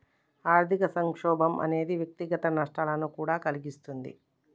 ఆర్థిక సంక్షోభం అనేది వ్యక్తిగత నష్టాలను కూడా కలిగిస్తుంది